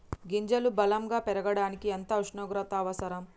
గింజలు బలం గా పెరగడానికి ఎంత ఉష్ణోగ్రత అవసరం?